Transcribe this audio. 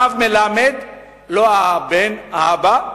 הרב מלמד, לא הבן, האבא,